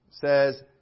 says